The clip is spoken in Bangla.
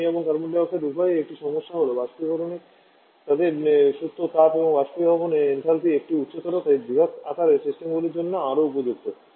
অ্যামোনিয়া এবং কার্বন ডাই অক্সাইড উভয়েরই একটি সমস্যা হল বাষ্পীয়করণের তাদের সুপ্ত তাপ বা বাষ্পীকরণের এনথালপি একটি উচ্চতর তাই বৃহত আকারের সিস্টেমগুলির জন্য আরও উপযুক্ত